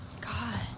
God